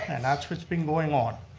and that's what's been going on.